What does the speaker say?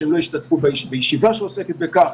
שהם לא ישתתפו בישיבה שעוסקת בכך,